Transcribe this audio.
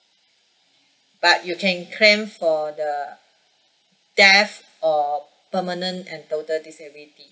but you can claim for the death or permanent total disability